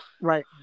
Right